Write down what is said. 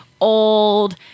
Old